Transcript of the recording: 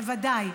בוודאי.